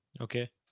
Okay